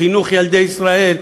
חינוך ילדי ישראל,